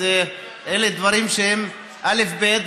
אז אלה דברים שהם אלף-בית,